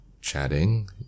chatting